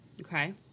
Okay